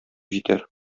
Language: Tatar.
җитәр